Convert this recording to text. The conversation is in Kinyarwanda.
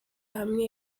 hamwe